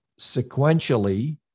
sequentially